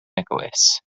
nicholas